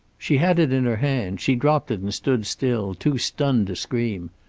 she had it in her hand. she dropped it and stood still, too stunned to scream.